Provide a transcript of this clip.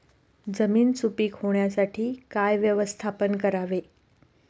जमीन सुपीक होण्यासाठी काय व्यवस्थापन करावे?